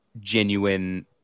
genuine